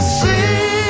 see